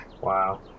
Wow